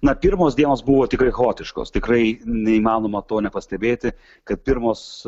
na pirmos dienos buvo tikrai chaotiškos tikrai neįmanoma to nepastebėti kad pirmos